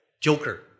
joker